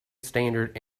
standard